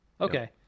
Okay